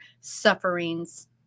sufferings